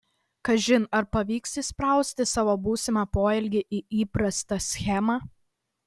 kažin ar pavyks įsprausti savo būsimą poelgį į įprastą schemą